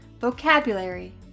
Vocabulary